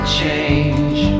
change